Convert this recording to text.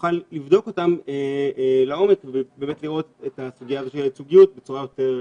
נוכל לבדוק אותם לעומק ובאמת לראות את הסוגיות בצורה יותר מעמיקה.